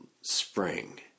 spring